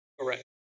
Correct